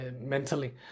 mentally